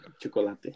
Chocolate